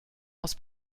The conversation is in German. aus